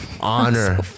honor